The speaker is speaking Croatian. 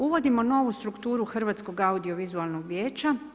Uvodimo novu strukturu Hrvatskog-audiovizualnog vijeća.